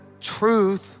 truth